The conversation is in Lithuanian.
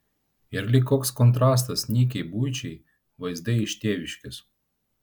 ir lyg koks kontrastas nykiai buičiai vaizdai iš tėviškės